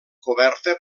coberta